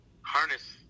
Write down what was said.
harness